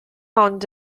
ond